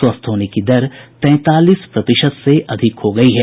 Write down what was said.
स्वस्थ होने की दर तैंतालीस प्रतिशत से अधिक हो गयी है